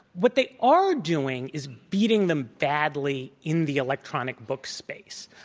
what they are doing is beating them badly in the electronic book space.